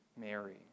Mary